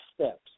steps